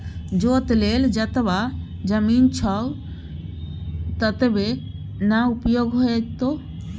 जोत लेल जतबा जमीन छौ ततबेक न उपयोग हेतौ